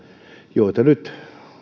joita nyt